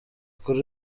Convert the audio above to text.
kuri